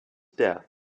death